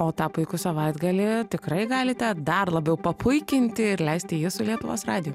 o tą puikų savaitgalį tikrai galite dar labiau papuikinti ir leisti jį su lietuvos radiju